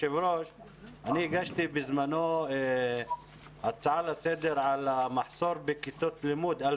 אני הגשתי בזמנו הצעה לסדר על המחסור בכיתות לימוד בחברה הערבית.